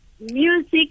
music